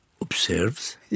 observes